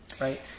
right